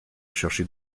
chercher